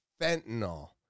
fentanyl